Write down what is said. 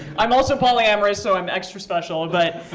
i'm also polyamorous, so i'm extra special. but